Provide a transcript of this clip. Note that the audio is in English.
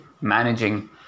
managing